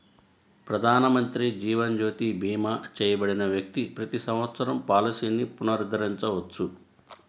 ప్రధానమంత్రి జీవన్ జ్యోతి భీమా చేయబడిన వ్యక్తి ప్రతి సంవత్సరం పాలసీని పునరుద్ధరించవచ్చు